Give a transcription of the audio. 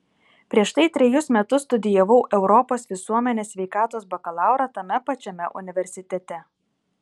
prieš tai trejus metus studijavau europos visuomenės sveikatos bakalaurą tame pačiame universitete